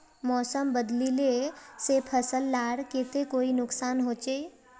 मौसम बदलिले से फसल लार केते कोई नुकसान होचए?